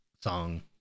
Song